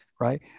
Right